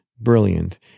brilliant